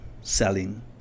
selling